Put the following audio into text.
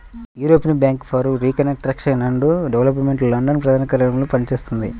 European bank for reconstruction and development London ప్రధాన కార్యాలయంగా పనిచేస్తున్నది